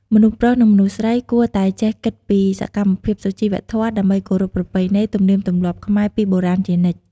មនុស្សប្រុសនិងមនុស្សស្រី គួតែចេះគិតពីសកម្មភាពសុជីវធម៌ ដើម្បីគោរពប្រពៃណី ទំនៀមទម្លាប់ខ្មែរពីបុរាណជានិច្ច។